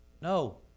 No